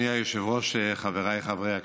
אדוני היושב-ראש, חבריי חברי הכנסת,